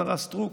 השרה סטרוק,